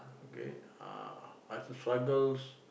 okay uh what's the struggles